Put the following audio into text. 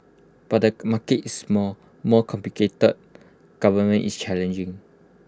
but the market is small more complicated governance is challenging